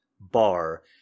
bar